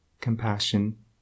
compassion